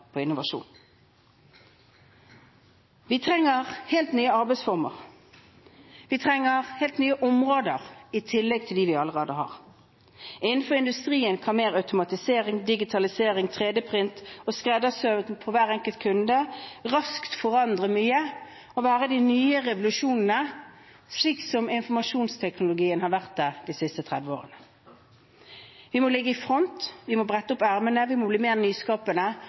på innovasjon. Vi trenger helt nye arbeidsformer. Vi trenger helt nye områder i tillegg til dem vi allerede har. Innenfor industrien kan mer automatisering, digitalisering, 3D-print og skreddersøm for hver enkelt kunde raskt forandre mye og være de nye revolusjonene, slik som informasjonsteknologien har vært det de siste 30 årene. Vi må ligge i front – vi må brette opp ermene, vi må bli mer nyskapende